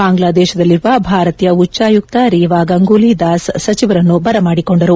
ಬಾಂಗ್ಲಾದೇಶದಲ್ಲಿರುವ ಭಾರತೀಯ ಉಚ್ಲಾಯುಕ್ತೆ ರೀವಾ ಗಂಗೂಲಿ ದಾಸ್ ಸೆಚಿವರನ್ನು ಬರಮಾಡಿಕೊಂಡರು